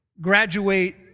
graduate